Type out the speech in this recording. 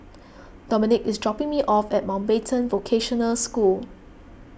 Dominic is dropping me off at Mountbatten Vocational School